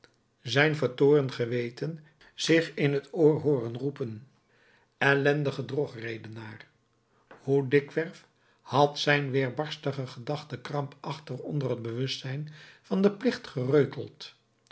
zijn vertoornd geweten zich in t oor hooren toeroepen ellendige drogredenaar hoe dikwerf had zijn weerbarstige gedachte krampachtig onder het bewustzijn van den plicht gereuteld